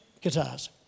guitars